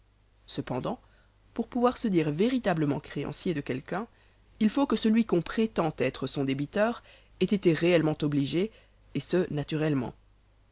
cependant pour pouvoir se dire véritablement créancier de quelqu'un il faut que celui qu'on prétend être son débiteur ait été réellement obligé et ce naturellement